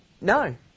No